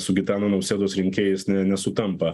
su gitano nausėdos rinkėjais ne nesutampa